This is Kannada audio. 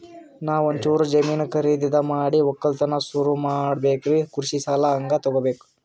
ನಾ ಒಂಚೂರು ಜಮೀನ ಖರೀದಿದ ಮಾಡಿ ಒಕ್ಕಲತನ ಸುರು ಮಾಡ ಬೇಕ್ರಿ, ಕೃಷಿ ಸಾಲ ಹಂಗ ತೊಗೊಬೇಕು?